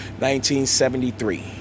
1973